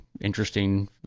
interesting